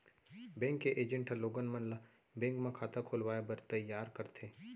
bank के agent ह लोगन मन ल बेंक म खाता खोलवाए बर तइयार करथे